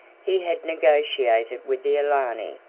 he had negotiated with the alani,